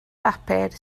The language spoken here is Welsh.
bapur